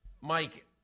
Mike